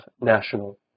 national